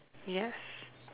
yes